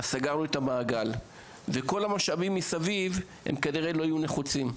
אז סגרנו את המעגל וכל המשאבים מסביב כנראה שלא יהיו נחוצים.